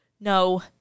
no